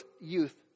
youth